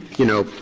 you know,